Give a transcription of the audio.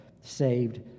saved